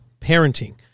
parenting